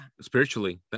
spiritually